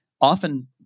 often